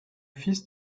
fils